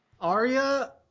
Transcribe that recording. Arya